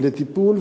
אלא טיפול?